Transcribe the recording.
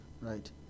right